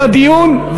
מפסיק את הדיון,